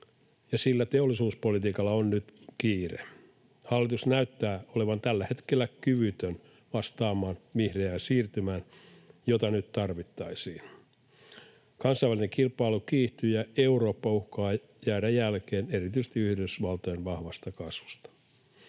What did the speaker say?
sillä teollisuuspolitiikalla on nyt kiire. Hallitus näyttää olevan tällä hetkellä kyvytön vastaamaan vihreään siirtymään, jota nyt tarvittaisiin. Kansainvälinen kilpailu kiihtyy, ja Eurooppa uhkaa jäädä jälkeen erityisesti Yhdysvaltojen vahvasta kasvusta.